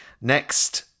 Next